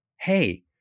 hey